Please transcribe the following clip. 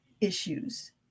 issues